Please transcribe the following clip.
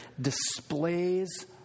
displays